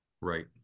Right